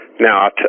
Now